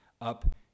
up